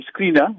screener